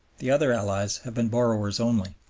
the other allies have been borrowers only.